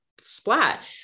splat